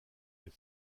est